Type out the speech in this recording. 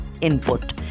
input